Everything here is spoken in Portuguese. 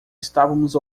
estávamos